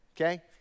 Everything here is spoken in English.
okay